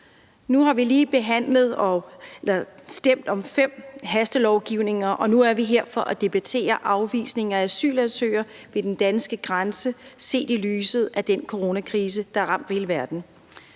Vi har lige stemt om fem hastelovgivninger, og nu er vi her for at debattere afvisning af asylansøgere ved den danske grænse set i lyset af den coronakrise, der har ramt hele verden.